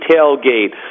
tailgate